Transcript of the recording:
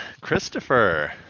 Christopher